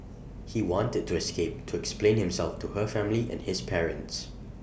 he wanted to escape to explain himself to her family and his parents